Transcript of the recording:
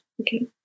okay